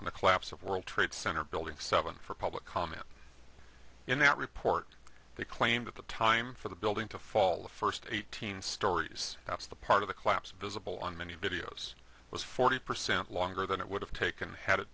on the collapse of world trade center building seven for public comment in that report they claim that the time for the building to fall the first eighteen stories that's the part of the collapse visible on many videos was forty percent longer than it would have taken had